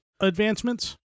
advancements